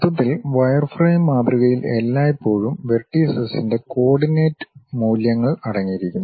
മൊത്തത്തിൽ വയർഫ്രെയിം മാതൃകയിൽ എല്ലായ്പ്പോഴും വെർടീസസിൻ്റെ കോർഡിനേറ്റ് മൂല്യങ്ങൾ അടങ്ങിയിരിക്കുന്നു